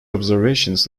observations